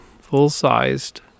full-sized